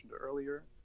earlier